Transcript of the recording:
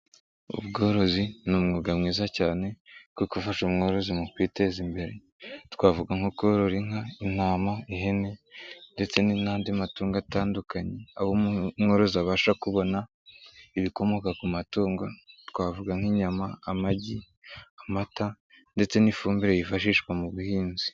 Ubworozi ni umwuga mwiza cyane wo gufasha umworozi mu kwiteza imbere twavuga nko korora inka, intama, ihene, ndetse n'andi matungo atandukanye aho umworozi abasha kubona ibikomoka ku matungo twavuga nk'inyama amagi amata ndetse n'ifumbire yifashishwa mu buhinzi.